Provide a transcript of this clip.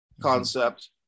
concept